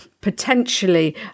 potentially